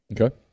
Okay